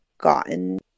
gotten